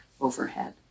overhead